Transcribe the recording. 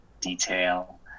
detail